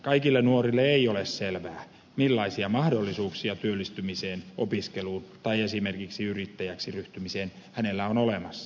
kaikille nuorille ei ole selvää millaisia mahdollisuuksia työllistymiseen opiskeluun tai esimerkiksi yrittäjäksi ryhtymiseen hänellä on olemassa